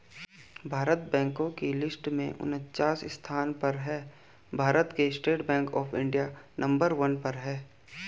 भारत बैंको की लिस्ट में उनन्चास स्थान पर है भारत का State Bank of India number one पर है